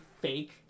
fake